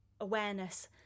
awareness